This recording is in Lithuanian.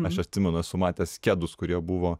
aš atsimenu esu matęs kedus kurie buvo